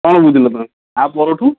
କ'ଣ ବୁଝିଲ ତୁମେ ପରଠୁ